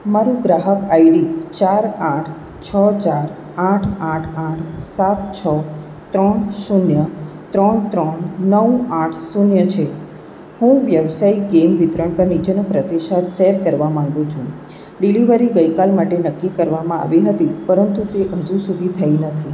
મારુંં ગ્રાહક આઈડી ચાર આઠ છ ચાર આઠ આઠ આઠ સાત છ ત્રણ શૂન્ય ત્રણ ત્રણ નવ આઠ શૂન્ય છે હું વ્યાવસાયિક ગેમ વિતરણ પર નીચેનો પ્રતિસાદ સેર કરવા માગું છું ડિલિવરી ગઈકાલ માટે નક્કી કરવામાં આવી હતી પરંતુ તે હજુ સુધી નથી થઈ